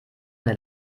eine